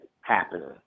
happening